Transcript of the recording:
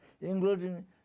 including